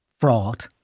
fraud